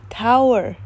tower